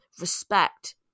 respect